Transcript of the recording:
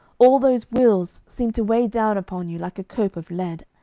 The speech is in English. all those wills seem to weigh down upon you like a cope of lead,